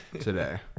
today